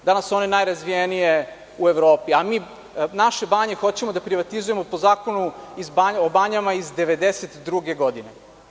Danas su one najrazvijenije u Evropi, a mi naše banje hoćemo da privatizujemo po Zakonu o banjama iz 1992. godine.